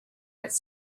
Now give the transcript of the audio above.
its